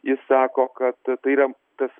jis sako kad tai yra tas